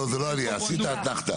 לא, זה לא עלייה, עשית אתנחתא.